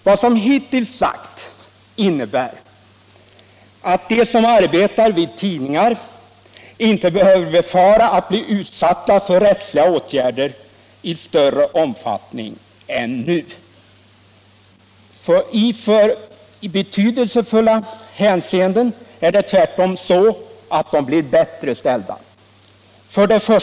Vad som hittills sagts innebär att de som arbetar vid tidningar inte behöver befara att bli utsatta för rättsliga åtgärder i större omfattning än nu. I betydelsefulla hänseenden är det tvärtom så att de blir bättre ställda. l.